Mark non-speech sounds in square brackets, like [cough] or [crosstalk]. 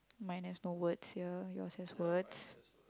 mine there's no words here yours has words [noise]